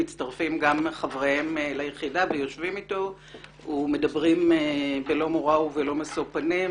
מצטרפים גם חבריהם ליחידה ומדברים איתו בלא מורא ובלא משוא פנים,